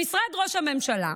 במשרד ראש הממשלה,